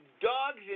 dogs